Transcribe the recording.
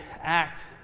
act